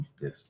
Yes